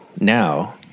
now